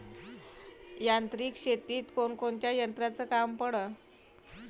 यांत्रिक शेतीत कोनकोनच्या यंत्राचं काम पडन?